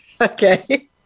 Okay